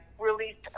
released